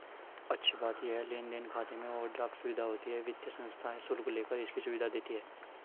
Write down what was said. अच्छी बात ये है लेन देन खाते में ओवरड्राफ्ट सुविधा होती है वित्तीय संस्थाएं शुल्क लेकर इसकी सुविधा देती है